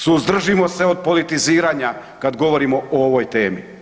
Suzdržimo se od politiziranja kad govorimo o ovoj temi.